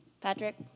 Patrick